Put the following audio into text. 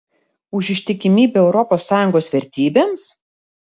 už ištikimybę europos sąjungos vertybėms